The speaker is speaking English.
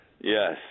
Yes